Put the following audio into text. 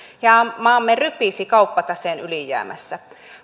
ja maamme rypisi kauppataseen ylijäämässä